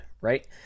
Right